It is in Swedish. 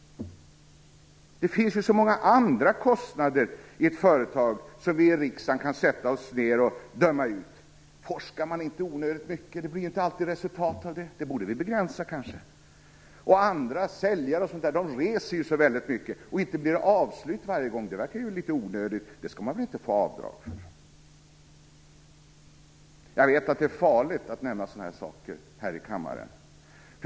Det finns ju så många andra kostnader i ett företag som vi i riksdagen kan sätta oss ned och döma ut. Forskar man inte onödigt mycket? Det blir ju inte alltid resultat av det. Det borde vi kanske begränsa. Säljare och andra reser ju så väldigt mycket, och inte blir det avslut varje gång. Det verkar litet onödigt. Det skall man väl inte få avdrag för? Jag vet att det är farligt att nämna sådana saker här i kammaren.